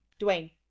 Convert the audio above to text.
Dwayne